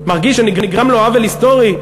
מרגיש שנגרם לו עוול היסטורי,